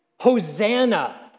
Hosanna